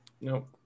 Nope